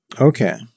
Okay